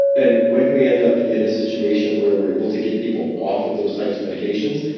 and when we end up in a situation where we're able to get people off of those types of medications,